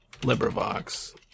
LibriVox